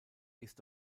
ist